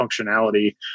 functionality